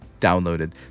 downloaded